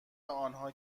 آنها